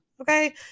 Okay